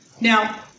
Now